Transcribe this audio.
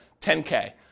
10K